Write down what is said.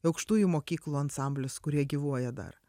aukštųjų mokyklų ansamblis kurie gyvuoja dar